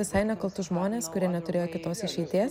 visai nekaltus žmones kurie neturėjo kitos išeities